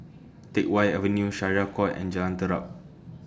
Teck Whye Avenue Syariah Court and Jalan Terap